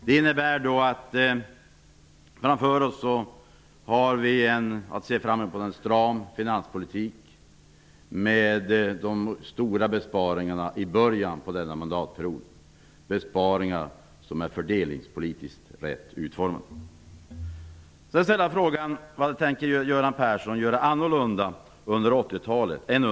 Det innebär att vi har att se fram emot en stram finanspolitik med de stora besparingarna i början på denna mandatperiod - besparingar som är fördelningspolitiskt rätt utformade. Sedan ställde jag frågan: Vad tänker Göran Persson göra annorlunda än under 80-talet?